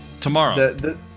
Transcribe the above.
tomorrow